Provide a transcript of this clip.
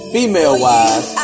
Female-wise